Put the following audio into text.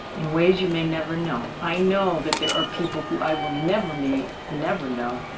in ways you may never know. i know that there are people who i will never meet never know,